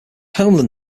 homeland